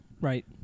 Right